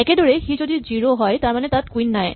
একেদৰেই সি যদি ০ হয় তাৰমানে তাত কুইন নাই